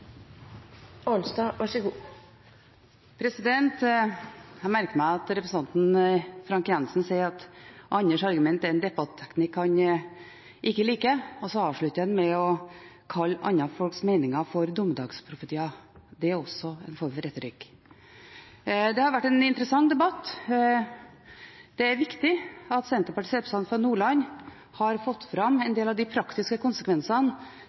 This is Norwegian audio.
liker, og så avslutter han med å kalle andre folks meninger dommedagsprofetier. Det er også en form for retorikk. Det har vært en interessant debatt. Det er viktig at Senterpartiets representant fra Nordland har fått fram en del av de praktiske konsekvensene